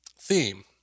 theme